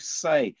say